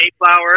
mayflower